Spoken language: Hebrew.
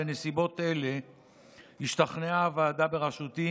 בנסיבות אלה השתכנעה הוועדה בראשותי